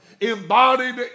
embodied